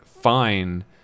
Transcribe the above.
Fine